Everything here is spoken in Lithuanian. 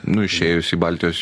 nu išėjus į baltijos